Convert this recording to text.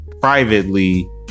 privately